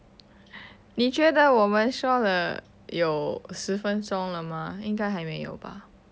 你觉得我们说了有十分钟了吗应该还没有吧